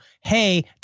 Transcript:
hey